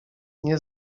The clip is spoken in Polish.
nie